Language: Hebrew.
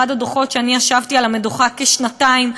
הדוחות שאני ישבתי על המדוכה בעניינו כשנתיים.